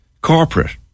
corporate